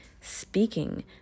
speaking